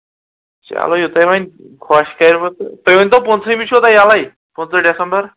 چلو یہِ تۄہہِ وۄنۍ خۄش کَرِ بہٕ تہٕ تُہۍ ؤنۍ تَو پٍنٛژٕہمہِ چھُو تُہۍ یَلَے پٍنٛژٕہ ڈٮ۪سَمبر